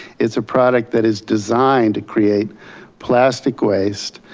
it's a product that is designed to create plastic waste.